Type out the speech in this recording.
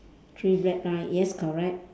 three black eye yes correct